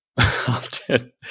Often